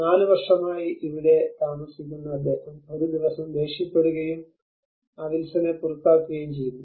4 വർഷമായി ഇവിടെ താമസിക്കുന്ന അദ്ദേഹം ഒരു ദിവസം ദേഷ്യപ്പെടുകയും ആ വിൽസനെ പുറത്താക്കുകയും ചെയ്യുന്നു